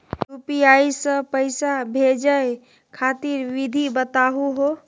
UPI स पैसा भेजै खातिर विधि बताहु हो?